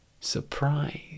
Surprise